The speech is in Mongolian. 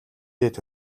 дээд